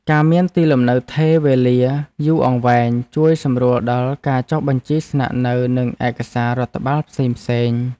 ការមានទីលំនៅឋានថេរវេលាយូរអង្វែងជួយសម្រួលដល់ការចុះបញ្ជីស្នាក់នៅនិងឯកសាររដ្ឋបាលផ្សេងៗ។